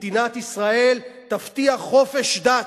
מדינת ישראל תבטיח חופש דת,